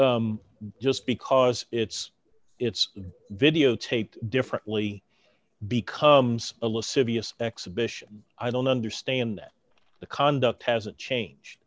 just because it's it's videotaped differently becomes elicit vs exhibition i don't understand that the conduct hasn't changed